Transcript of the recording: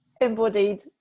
embodied